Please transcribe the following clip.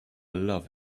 love